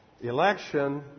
election